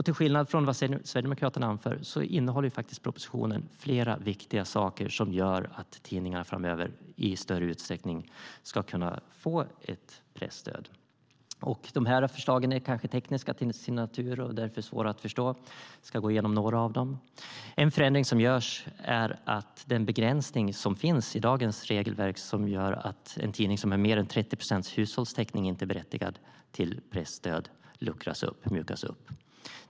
Till skillnad mot vad Sverigedemokraterna anför innehåller propositionen flera viktiga saker som gör att tidningarna framöver i större utsträckning ska kunna få ett presstöd. Förslagen är kanske tekniska till sin natur och därför svåra att förstå. Jag ska gå igenom några av dem. En förändring som görs är att den begränsning som finns i dagens regelverk och som gör att en tidning som har mer än 30 procents hushållstäckning inte är berättigad till presstöd mjukas upp.